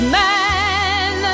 man